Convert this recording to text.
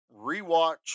Rewatch